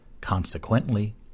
Consequently